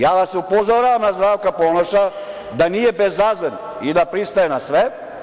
Ja vas upozoravam na Zdravka Ponoša da nije bezazlen i da pristaje na sve.